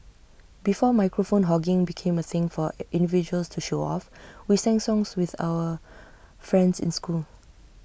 before microphone hogging became A thing for individuals to show off we sang songs with our friends in school